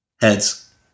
Heads